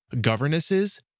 governesses